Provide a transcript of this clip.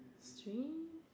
strange